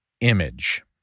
image